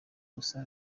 gusa